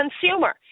consumer